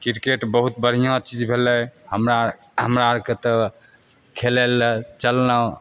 cricket बहुत बढ़िऑं चीज भेलै हमरा हमरा आरके तऽ खेलै लए चललहुॅं